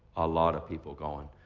a lot of people going.